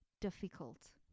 difficult